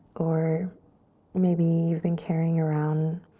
or maybe you've been carrying around